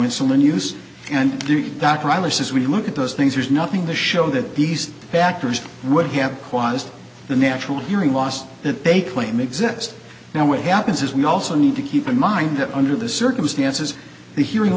insulin use and the doc riley says when you look at those things there's nothing to show that these factors would have caused the natural hearing loss that they claim exist now what happens is we also need to keep in mind that under the circumstances the hearing